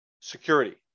security